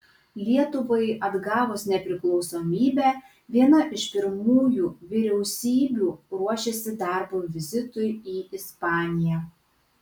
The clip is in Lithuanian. lietuvai atgavus nepriklausomybę viena iš pirmųjų vyriausybių ruošėsi darbo vizitui į ispaniją